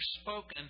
spoken